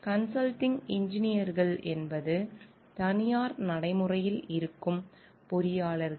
consulting இன்ஜினியர்கள் என்பது தனியார் நடைமுறையில் இருக்கும் பொறியாளர்கள்